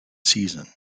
season